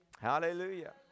Hallelujah